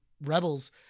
rebels